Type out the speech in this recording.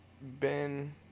Ben